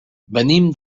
venim